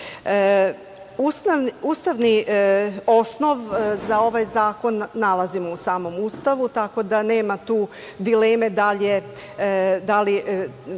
osnov za ovaj zakon nalazimo u samom Ustavu, tako da nema tu dileme da li se